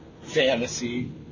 fantasy